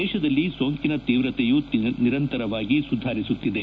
ದೇಶದಲ್ಲಿ ಸೋಂಕಿನ ತೀವ್ರತೆಯೂ ನಿರಂತರವಾಗಿ ಸುಧಾರಿಸುತ್ತಿದೆ